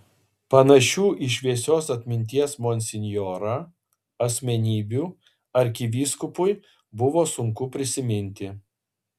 panašių į šviesios atminties monsinjorą asmenybių arkivyskupui buvo sunku prisiminti